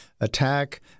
attack